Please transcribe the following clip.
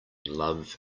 love